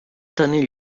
tenir